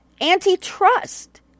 Antitrust